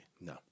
No